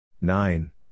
nine